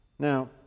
Now